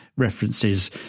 references